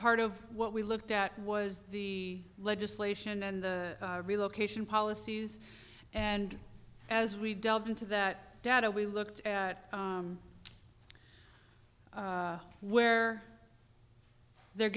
part of what we looked at was the legislation and the relocation policies and as we delved into that data we looked at where they're